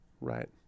Right